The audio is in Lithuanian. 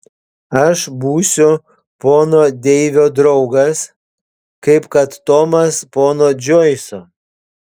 aš būsiu pono deivio draugas kaip kad tomas pono džoiso